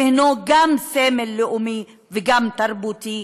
שהנו גם סמל לאומי וגם תרבותי,